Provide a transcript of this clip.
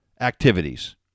activities